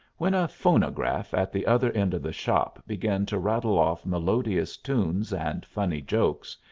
when a phonograph at the other end of the shop began to rattle off melodious tunes and funny jokes,